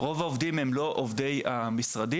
שרוב העובדים הם לא עובדי המשרדים,